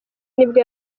nibwo